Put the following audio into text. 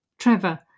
Trevor